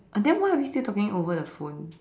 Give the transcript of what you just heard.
and then why are we still talking over the phone